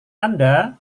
anda